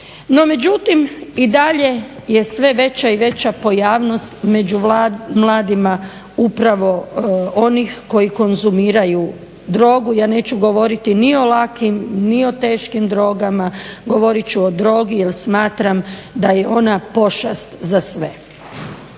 No, međutim i dalje je sve veća i veća pojavnost među mladima upravo onih koji konzumiraju drogu, ja neću govoriti ni o lakim ni o teškim drogama, govorit ću o drogi jer smatram da je ona pošast za sve.